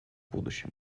будущем